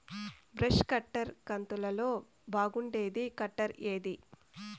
Brush cutter కంతులలో బాగుండేది cutter ఏది?